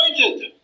pointed